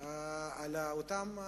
על אותו